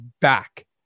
back